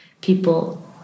people